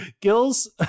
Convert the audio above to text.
Gills